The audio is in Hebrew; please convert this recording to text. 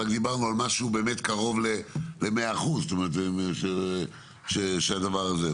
אבל דיברנו על משהו קרוב ל-100% של הדבר הזה.